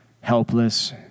helpless